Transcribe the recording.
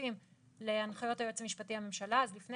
וכפופים להנחיות היועץ המשפטי לממשלה אז לפני